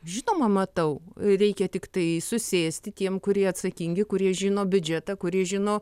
žinoma matau reikia tiktai susėsti tiem kurie atsakingi kurie žino biudžetą kurie žino